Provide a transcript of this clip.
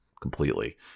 completely